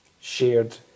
shared